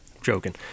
Joking